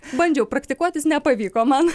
bandžiau praktikuotis nepavyko man